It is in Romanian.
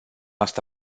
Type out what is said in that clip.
asta